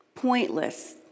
Pointless